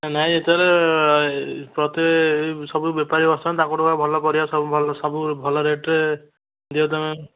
ନାହିଁଁ ଯେତେହେଲେ ପ୍ରତି ସବୁ ବେପାରି ବସିଛନ୍ତି ତାଙ୍କଠୁ ପା ଭଲପରିବା ସବୁ ଭଲ ସବୁ ଭଲ ରେଟ୍ରେ ଦିଅ ତୁମେ